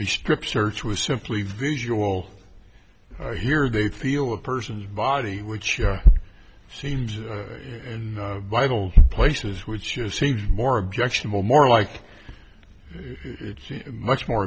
a strip search was simply visual here they feel a person's body which seems a little places which seems more objectionable more like it's much more